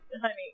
Honey